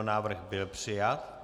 Návrh byl přijat.